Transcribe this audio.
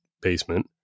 basement